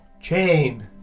Chain